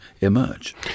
emerge